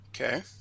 Okay